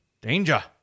danger